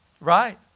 Right